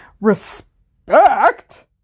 Respect